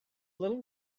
little